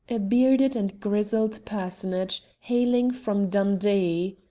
a bearded and grizzled personage, hailing from dundee.